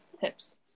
tips